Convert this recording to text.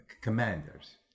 commanders